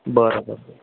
बरं बरं बरं